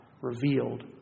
revealed